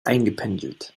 eingependelt